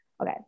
Okay